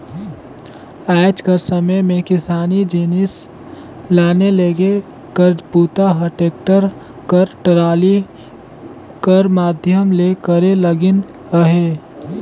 आएज कर समे मे किसानी जिनिस लाने लेगे कर बूता ह टेक्टर कर टराली कर माध्यम ले करे लगिन अहे